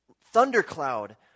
thundercloud